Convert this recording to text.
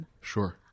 Sure